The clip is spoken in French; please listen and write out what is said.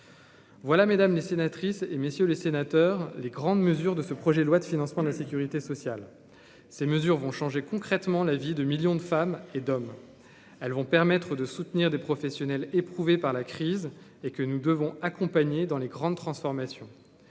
Voilà Mesdames les sénatrices et messieurs les sénateurs, les grandes mesures de ce projet de loi de financement de la Sécurité sociale, ces mesures vont changer concrètement la vie de millions de femmes et d'hommes, elles vont permettre de soutenir des professionnels éprouvés par la crise et que nous devons accompagner dans les grandes transformations